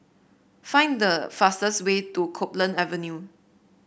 find the fastest way to Copeland Avenue